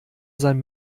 sein